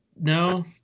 no